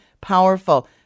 powerful